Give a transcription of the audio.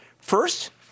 First